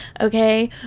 Okay